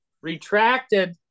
retracted